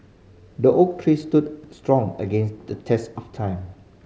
the oak stood strong against the test of time